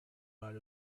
out